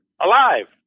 alive